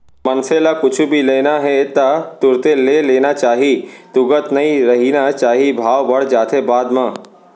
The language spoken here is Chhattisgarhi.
मनसे ल कुछु भी लेना हे ता तुरते ले लेना चाही तुगत नइ रहिना चाही भाव बड़ जाथे बाद म